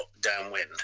downwind